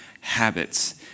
habits